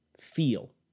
feel